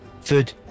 food